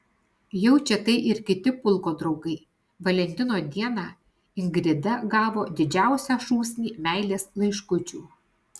jaučia tai ir kiti pulko draugai valentino dieną ingrida gavo didžiausią šūsnį meilės laiškučių